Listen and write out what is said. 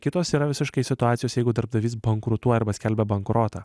kitos yra visiškai situacijos jeigu darbdavys bankrutuoja arba skelbia bankrotą